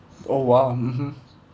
oh !wow! mmhmm